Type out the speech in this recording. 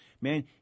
Man